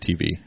TV